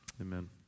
Amen